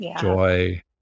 joy